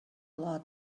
lot